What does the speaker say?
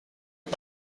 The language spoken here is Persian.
این